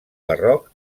barroc